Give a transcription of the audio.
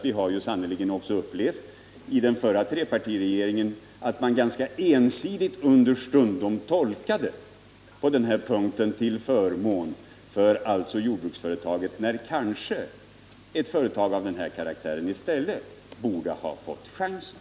Vi har sannerligen när det gäller den förra trepartiregeringen upplevt att den understundom ganska ensidigt har tolkat bestämmelserna till förmån för jordbruksföretag, fastän ett företag av nyss nämnd karaktär kanske i stället borde ha fått chansen.